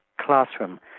classroom